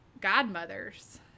Godmothers